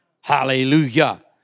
Hallelujah